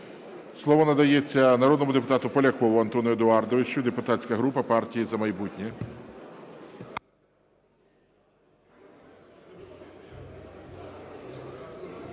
Слово надається народному депутату Полякову Антону Едуардовичу, депутатська група "Партія "За майбутнє".